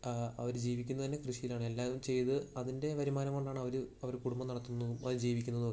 അവർ ജീവിക്കുന്ന തന്നെ കൃഷിയിലാണ് എല്ലാം ചെയ്തു അതിൻ്റെ വരുമാനം കൊണ്ടാണ് അവർ അവർ കുടുംബം നടത്തുന്നതും അവർ ജീവിക്കുന്നതും ഒക്കെ